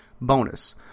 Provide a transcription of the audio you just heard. Bonus